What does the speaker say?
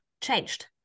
changed